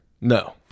No